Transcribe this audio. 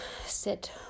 sit